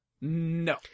No